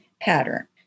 pattern